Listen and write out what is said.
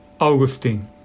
Augustine